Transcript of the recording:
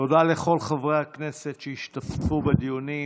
תודה לכל חברי הכנסת שהשתתפו בדיונים,